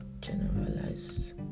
generalize